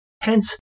Hence